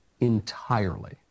entirely